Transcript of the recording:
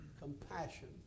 compassion